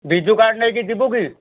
Biju card ନେଇକି ଯିବୁ କି